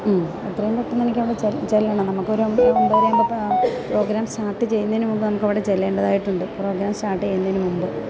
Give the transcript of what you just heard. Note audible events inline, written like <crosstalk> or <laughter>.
ഉം എത്രയും പെട്ടെന്ന് എനിക്കവിടെ ചെല്ലണം നമുക്ക് <unintelligible> പ്രോഗ്രാം സ്റ്റാട്ട് ചെയ്യുന്നതിന് മുമ്പ് നമുക്കവിടെ ചെല്ലേണ്ടതായിട്ടുണ്ട് പ്രോഗ്രാം സ്റ്റാർട്ട് ചെയ്യുന്നതിന് മുമ്പ്